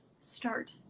start